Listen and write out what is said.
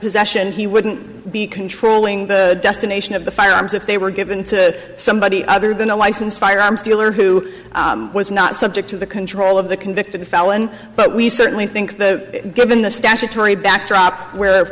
possession he wouldn't be controlling the destination of the firearms if they were given to somebody other than a licensed firearms dealer who was not subject to the control of the convicted felon but we certainly think the given the statutory backdrop where